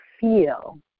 feel